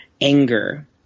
anger